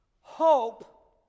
Hope